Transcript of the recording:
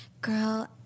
Girl